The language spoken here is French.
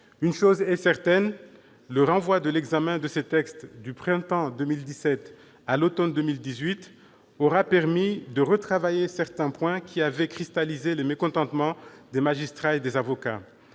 Une chose est certaine : le renvoi de l'examen de ces textes du printemps 2017 à l'automne 2018 aura permis de retravailler certains points qui avaient cristallisé les mécontentements des avocats et des magistrats.